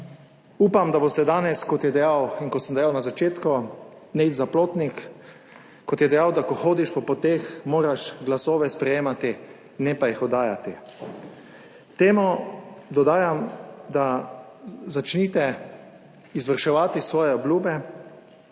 upam, da boste danes, kot je dejal in kot sem dejal na začetku Nejc Zaplotnik, kot je dejal, da ko hodiš po poteh, moraš glasove sprejemati, ne pa jih oddajati. Temu dodajam, da začnite izvrševati svoje obljube,